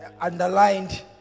Underlined